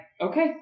okay